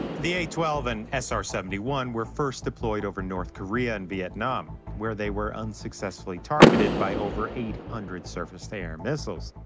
the a twelve and sr ah seventy one were first deployed over north korea and vietnam, where they were unsuccessfully targeted by over eight hundred surface-to-air missiles.